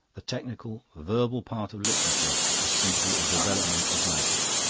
the technical, verbal part of literature is simply a development of magic.